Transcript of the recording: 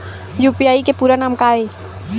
UPI के पूरा नाम का ये?